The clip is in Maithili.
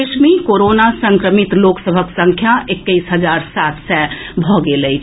देश मे कोरोना संक्रमित लोक सभक संख्या एक्कैस हजार सात सय भऽ गेल अछि